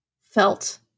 felt